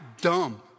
dumb